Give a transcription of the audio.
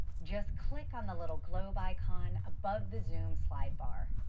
just click on the little globe icon above the zoom slide-bar.